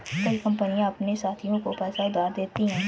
कई कंपनियां अपने साथियों को पैसा उधार देती हैं